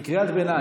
כקריאת ביניים.